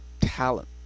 talent